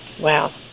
Wow